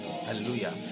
Hallelujah